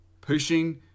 pushing